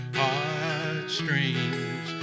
heartstrings